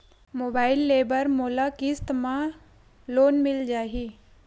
Mobile ले बर का मोला किस्त मा लोन मिल जाही?